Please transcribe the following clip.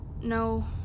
no